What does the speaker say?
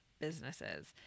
businesses